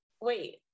wait